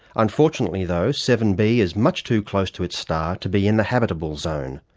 unfortunately though, seven b is much too close to its star to be in the habitable zone.